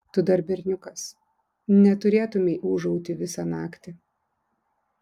tu dar berniukas neturėtumei ūžauti visą naktį